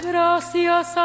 Gracias